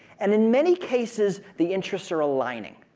and in many cases, the interests are aligning.